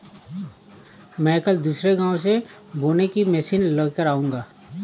मैं कल दूसरे गांव से बोने की मशीन लेकर आऊंगा